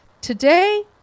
Today